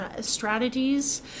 strategies